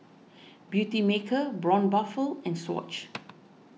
Beautymaker Braun Buffel and Swatch